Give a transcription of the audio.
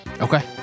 Okay